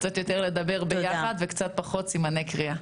קצת יותר לדבר ביחד וקצת פחות סימני קריאה.